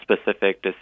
specific